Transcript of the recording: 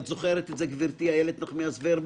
את זוכרת את זה, גברתי איילת נחמיאס ורבין.